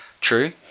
True